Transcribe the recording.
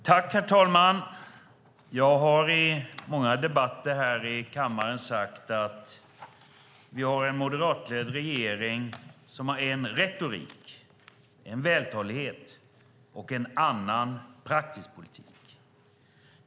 Herr talman! Jag har i många debatter här i kammaren sagt att vi har en moderatledd regering som har en retorik, en vältalighet, och en annan praktisk politik.